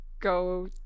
go